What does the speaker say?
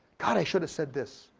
god, i should have said this,